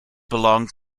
belongs